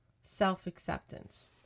self-acceptance